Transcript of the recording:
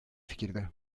fikirde